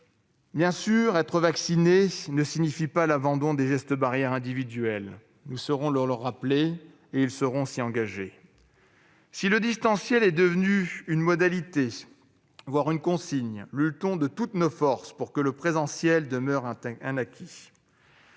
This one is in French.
Bien entendu, être vacciné ne signifie pas abandonner les gestes barrières individuels. Nous saurons le rappeler aux intéressés, et ils sauront prendre des engagements. Si le distanciel est devenu une modalité, voire une consigne, luttons de toutes nos forces pour que le présentiel demeure un acquis.